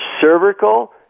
cervical